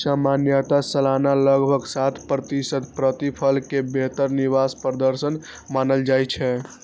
सामान्यतः सालाना लगभग सात प्रतिशत प्रतिफल कें बेहतर निवेश प्रदर्शन मानल जाइ छै